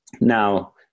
Now